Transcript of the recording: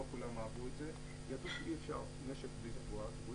כולם אהבו את זה ידעו שאי אפשר משק בלי תחבורה ציבורית,